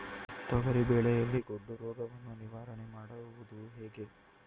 ತೊಗರಿ ಬೆಳೆಯಲ್ಲಿ ಗೊಡ್ಡು ರೋಗವನ್ನು ನಿವಾರಣೆ ಮಾಡುವುದು ಹೇಗೆ?